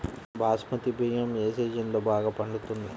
బాస్మతి బియ్యం ఏ సీజన్లో బాగా పండుతుంది?